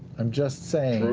i'm just saying,